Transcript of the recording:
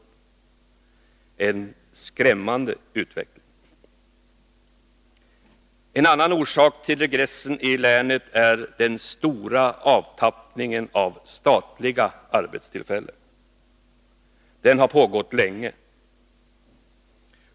Det är en skrämmande utveckling. En annan orsak till regressen i länet är den stora avtappningen av statliga arbetstillfällen. Den har pågått länge!